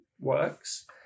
works